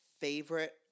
Favorite